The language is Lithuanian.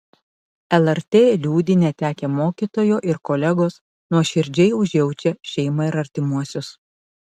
lrt liūdi netekę mokytojo ir kolegos nuoširdžiai užjaučia šeimą ir artimuosius